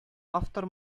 автор